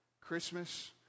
Christmas